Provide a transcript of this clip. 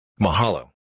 Mahalo